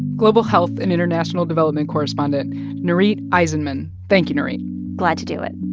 global health and international development correspondent nurith aizenman thank you, nurith glad to do it